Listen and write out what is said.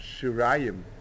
Shirayim